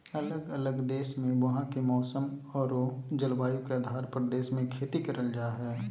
अलग अलग देश मे वहां के मौसम आरो जलवायु के आधार पर देश मे खेती करल जा हय